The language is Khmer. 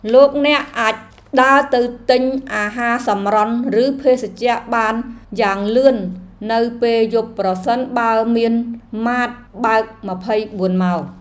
លោកអ្នកអាចដើរទៅទិញអាហារសម្រន់ឬភេសជ្ជៈបានយ៉ាងលឿននៅពេលយប់ប្រសិនបើមានម៉ាតបើកម្ភៃបួនម៉ោង។